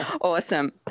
Awesome